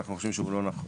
אנחנו חושבים שהוא לא נכון,